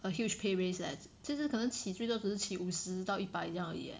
a huge pay raise leh 这次可能起最多只是起五十到一百而已 leh